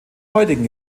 heutigen